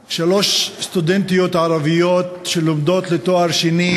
באוקטובר שלוש סטודנטיות ערביות שלומדות לתואר שני